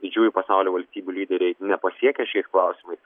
didžiųjų pasaulio valstybių lyderiai nepasiekė šiais klausimais